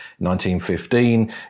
1915